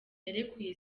yarekuye